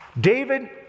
David